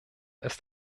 ist